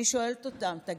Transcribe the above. אני שואלת אותם: תגידו,